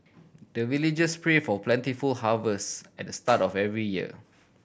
the villagers pray for plentiful harvest at the start of every year